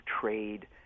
trade